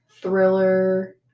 thriller